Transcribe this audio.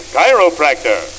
Chiropractor